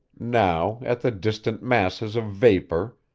now at the distant masses of vapor,